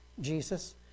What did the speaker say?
Jesus